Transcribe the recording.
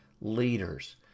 leaders